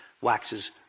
Waxes